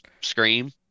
scream